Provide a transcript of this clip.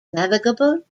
navigable